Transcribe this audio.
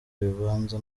ibibanza